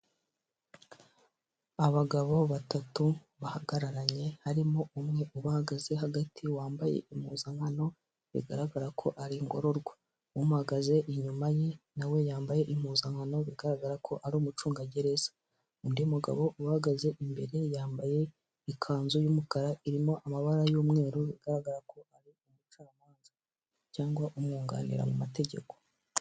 Abagabo batatu bahagararanye harimo umwe uhagaze hagati wambaye impuzankano bigaragara ko ari umugororwa. Uhagaze inyuma ye nawe yambaye impuzankano bigaragara ko ari umucungagereza undi mugabo uhagaze imbere yambaye ikanzu y'umukara irimo amabara y'umweru bigaragara ko ari umucamanza cyangwa umwunganira mu mategeko.